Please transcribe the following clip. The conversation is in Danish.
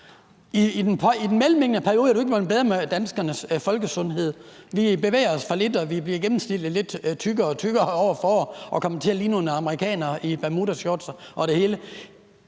I den mellemliggende periode er det jo ikke blevet bedre med danskernes folkesundhed. Vi bevæger os for lidt, og vi bliver gennemsnitligt lidt tykkere år for år og kommer til at ligne nogle amerikanere i bermudashorts og det hele.